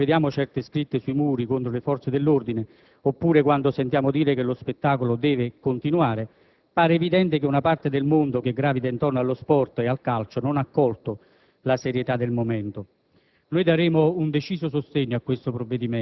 Non vogliamo criminalizzare nessuno, ma quando vediamo certe scritte sui muri contro le forze dell'ordine o quando sentiamo dire che lo spettacolo deve continuare, pare evidente che una parte del mondo che gravita intorno allo sport e al calcio non ha colto la serietà del momento.